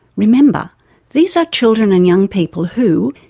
remember these are children and young people who,